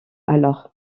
alors